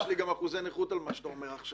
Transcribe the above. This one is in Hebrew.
יש לי גם אחוזי נכות על מה שאתה אומר עכשיו,